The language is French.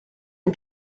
est